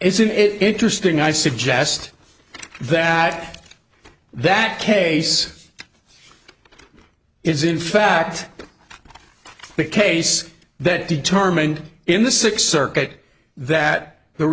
isn't it interesting i suggest that that case is in fact the case that determined in the sixth circuit that the